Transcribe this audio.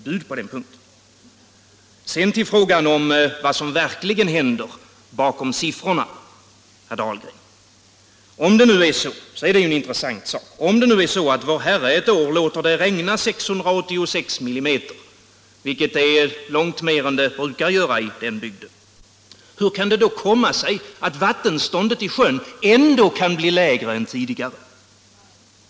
Sedan vill jag ta upp frågan om vad som verkligen händer bakom siffrorna, och det är ju en intressant sak. Om det nu är så att Vår Herre ett år låter det regna 686 mm i den här bygden — vilket är långt mer än det brukar regna där — hur kan det då komma sig att vattenståndet i sjön ändå är lägre än tidigare?